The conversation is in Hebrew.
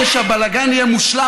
כדי שהבלגן יהיה מושלם,